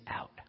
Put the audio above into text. out